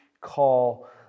call